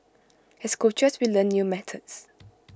as coaches we learn new methods